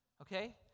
okay